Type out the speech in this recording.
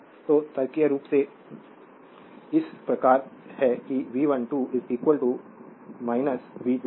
तो तो तार्किक रूप से यह इस प्रकार है कि V12 V21 इसका मतलब यह है कि अगर हम कहें कि हम सुफ्फेर हैं उदाहरण के लिए उदाहरण के लिए V12 सिर्फ एक मिनट कहते हैं